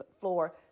floor